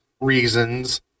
reasons